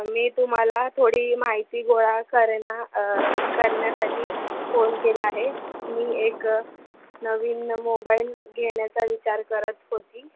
मी तुम्हाला थोडी माहिती गोळा करना करण्यासाठी फोन केला आहे मी एक नवीन मोबाईल घेण्याचा विचार करत होती